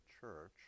church